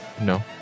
No